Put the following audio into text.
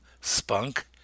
spunk